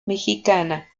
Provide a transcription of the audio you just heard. mexicana